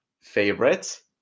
favorite